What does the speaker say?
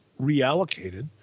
reallocated